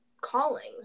callings